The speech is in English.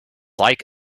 like